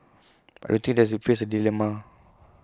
but I do think they face A dilemma